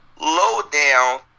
lowdown